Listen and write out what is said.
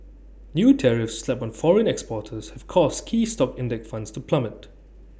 new tariffs slapped on foreign exporters have caused key stock index funds to plummet